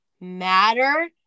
matter